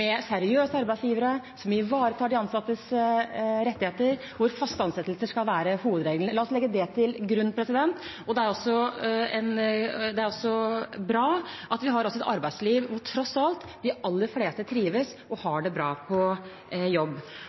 seriøse arbeidsgivere som ivaretar de ansattes rettigheter, hvor faste ansettelser skal være hovedregelen. La oss legge det til grunn. Det er også bra at vi tross alt har et arbeidsliv der de aller fleste trives og har det bra på jobb.